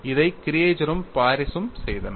இதை கிரியேஜரும் பாரிஸும் செய்தன